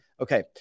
Okay